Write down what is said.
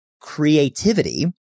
creativity